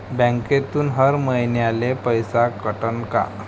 बँकेतून हर महिन्याले पैसा कटन का?